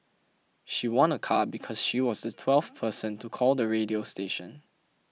she won a car because she was the twelfth person to call the radio station